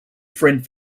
friend